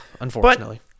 unfortunately